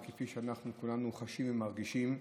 וכפי שאנחנו חשים ומרגישים,